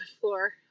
floor